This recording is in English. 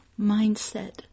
Mindset